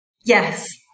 Yes